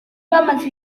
bamaze